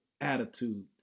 attitude